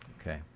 Okay